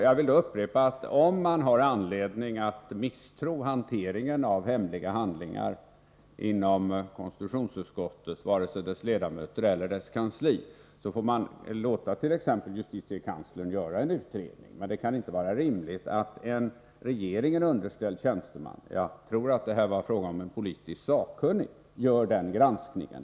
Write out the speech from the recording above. Jag vill då upprepa att om man har anledning att misstro hanteringen av hemliga handlingar inom konstitutionsutskottet, hos dess ledamöter eller dess kansli, får man låta t.ex. justitiekanslern göra en utredning. Det kan inte vara rimligt att en regeringen underställd tjänsteman — jag tror att det var fråga om en politisk sakkunnig — gör den granskningen.